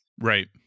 Right